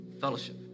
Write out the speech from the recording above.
fellowship